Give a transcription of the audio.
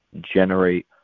generate